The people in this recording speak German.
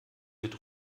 mit